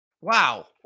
wow